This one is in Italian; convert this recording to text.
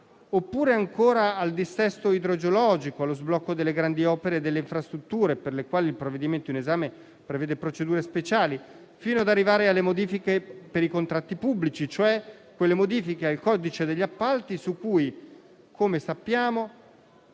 oppure ancora al dissesto idrogeologico e allo sblocco delle grandi opere e delle infrastrutture, per le quali il provvedimento in esame prevede procedure speciali, fino ad arrivare alle modifiche per i contratti pubblici, cioè quelle al codice degli appalti su cui, come sappiamo,